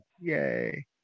Yay